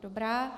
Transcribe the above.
Dobrá.